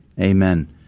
Amen